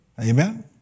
Amen